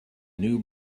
new